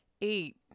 eight